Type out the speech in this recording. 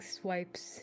swipes